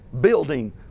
building